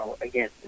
again